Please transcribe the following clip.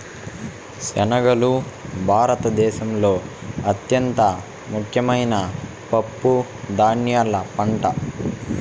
శనగలు భారత దేశంలో అత్యంత ముఖ్యమైన పప్పు ధాన్యాల పంట